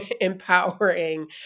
empowering